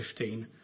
2015